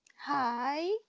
Hi